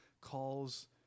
calls